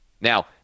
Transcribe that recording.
Now